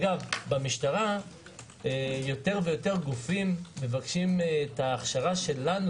יותר ויותר גופים במשטרה מבקשים את ההכשרה שלנו